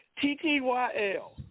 T-T-Y-L